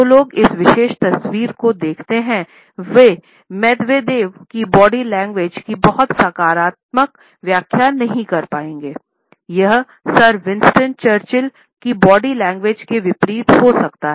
जो लोग इस विशेष तस्वीर को देखते हैं वे मेदवेदेव की बॉडी लैंग्वेज के विपरीत हो सकता हैं